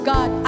God